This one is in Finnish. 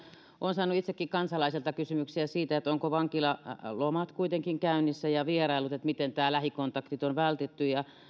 olen saanut itsekin kansalaisilta kysymyksiä siitä ovatko vankilalomat ja vierailut kuitenkin käynnissä että miten nämä lähikontaktit on vältetty